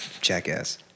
jackass